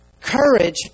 Courage